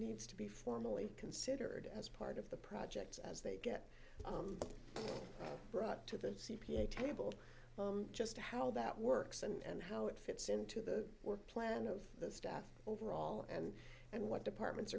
needs to be formally considered as part of the project as they get brought to the c p a table just how that works and how it fits into the work plan of the staff overall and and what departments